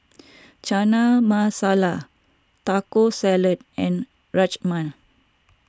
Chana Masala Taco Salad and Rajman